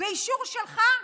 באישור שלך?